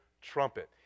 trumpet